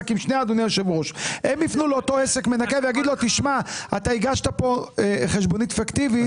לעסק המנכה ויאמרו לו שהוא הגיש כאן חשבונית פיקטיבית.